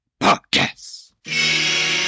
podcast